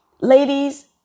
Ladies